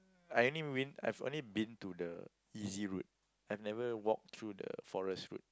I only been I've only been to the easy route I've never walked through the forest route